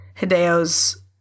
Hideo's